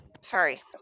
sorry